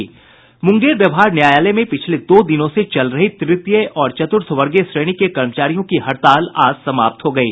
मुंगेर व्यवहार न्यायालय में पिछले दो दिनों से चल रही तृतीय और चतुर्थवर्गीय श्रेणी के कर्मचारियों की हड़ताल आज समाप्त हो गयी